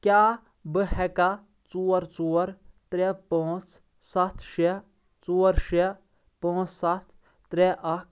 کیٛاہ بہٕ ہیٚکا ژوٚر ژوٚر ترٛےٚ پٲنژھ سَتھ شیٚے ژوٚر شیٚے پانژھ سَتھ ترٛےٚ اَکھ